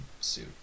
suit